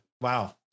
Wow